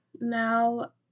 now